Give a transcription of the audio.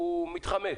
הוא מתחמק.